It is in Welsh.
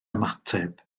ymateb